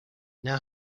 now